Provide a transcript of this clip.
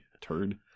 turd